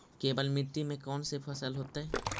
केवल मिट्टी में कौन से फसल होतै?